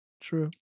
True